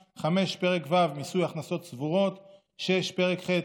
5. פרק ו' (מיסוי הכנסות צבורות); 6. פרק ח'